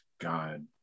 God